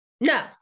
No